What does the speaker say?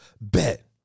Bet